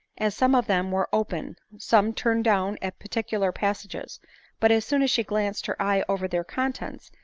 as some of them were open, some turned down at particular passages but as soon as she glanced her eye over their contents,